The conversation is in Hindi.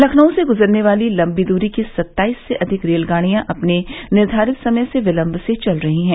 लखनऊ से गुजरने वाली लंबी दूरी की सत्ताइस से अधिक रेलगाड़ियां अपने निर्धारित समय से विलंब से चल रही हैं